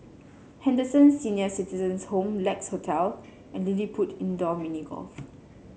Henderson Senior Citizens' Home Lex Hotel and LilliPutt Indoor Mini Golf